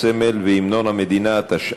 הסמל והמנון המדינה (תיקון מס' 6),